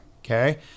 Okay